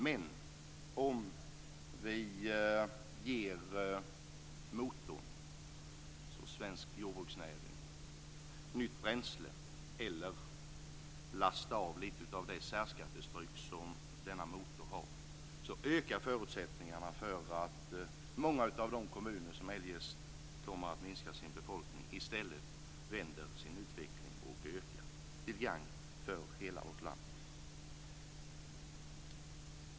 Men om vi ger motorn, svensk jordbruksnäring, nytt bränsle eller lastar av lite av det särskattetryck som denna motor har, ökar förutsättningarna för att många av de kommuner som eljest kommer att ha minskad befolkning i stället vänder utvecklingen och ökar till gagn för hela vårt land.